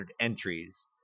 entries